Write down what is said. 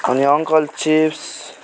अनि uncle chips